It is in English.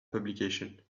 publication